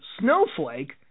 Snowflake